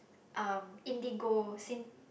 um indigo syn~